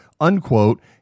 unquote